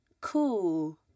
cool